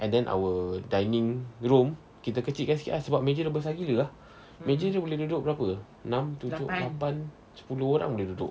and then our dining room kita kecil kan sikit ah sebab meja besar gila ah meja dia boleh duduk berapa enam tujuh lapan sepuluh orang boleh duduk